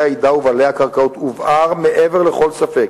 העדה ובעלי הקרקעות הובהר מעבר לכל ספק